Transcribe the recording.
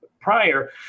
prior